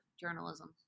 journalism